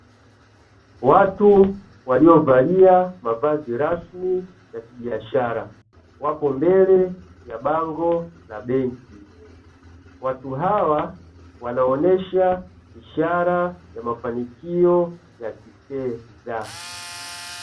Watu waliovalia mavazi rasmi ya kibiashara wapo mbele ya bango la benki. Watu hawa wanaonesha ishara ya mafanikio ya kifedha.